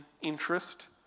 interest